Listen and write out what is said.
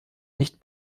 nicht